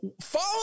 follow